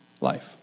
life